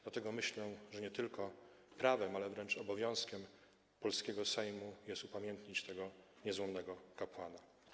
Dlatego myślę, że nie tylko prawem, ale wręcz obowiązkiem polskiego Sejmu jest upamiętnienie tego niezłomnego kapłana.